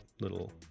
little